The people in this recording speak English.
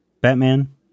Batman